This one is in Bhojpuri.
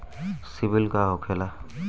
सीबील का होखेला?